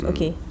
Okay